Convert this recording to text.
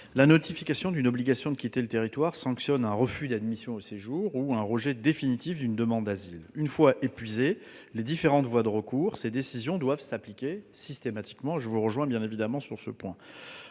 la notification d'une obligation de quitter le territoire sanctionne un refus d'admission au séjour ou un rejet définitif d'une demande d'asile. Une fois épuisées les différentes voies de recours, ces décisions doivent s'appliquer systématiquement, je vous rejoins sur ce point.